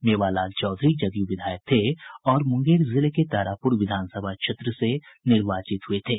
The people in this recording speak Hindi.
मेवालाल चौधरी जदय् विधायक थे और मुंगेर जिले के तारापुर विधानसभा क्षेत्र से निर्वाचित हुये थे